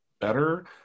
better